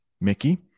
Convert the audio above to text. Mickey